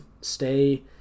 stay